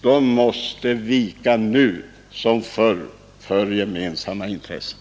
De måste nu som förr ge vika för gemensamma intressen.